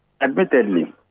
Admittedly